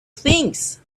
things